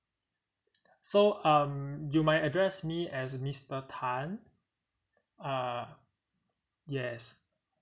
so um you might address me as mister tan uh yes